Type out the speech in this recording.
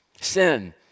sin